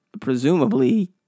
presumably